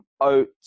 oats